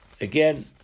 Again